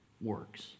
works